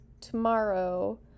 tomorrow